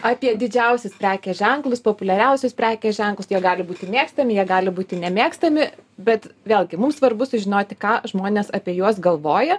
apie didžiausius prekės ženklus populiariausius prekės ženklus jie gali būti mėgstami jie gali būti nemėgstami bet vėlgi mums svarbu sužinoti ką žmonės apie juos galvoja